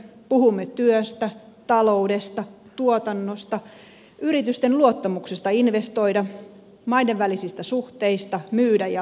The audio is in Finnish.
puhumme työstä taloudesta tuotannosta yritysten luottamuksesta investoida sekä maiden välisistä suhteista myydä ja ostaa energiaa